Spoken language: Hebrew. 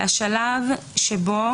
השלב שבו